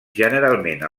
generalment